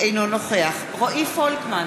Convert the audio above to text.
אינו נוכח רועי פולקמן,